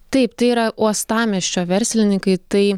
taip tai yra uostamiesčio verslininkai tai